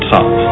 Top